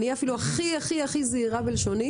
אני אהיה הכי זהירה בלשוני